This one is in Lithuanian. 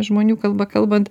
žmonių kalba kalbant